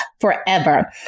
forever